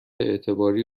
اعتباری